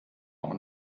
noch